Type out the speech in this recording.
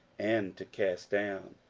and to cast down.